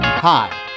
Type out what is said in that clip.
Hi